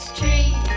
tree